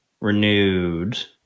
renewed